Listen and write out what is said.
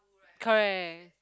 correct